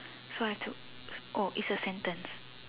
so I took oh it's a sentence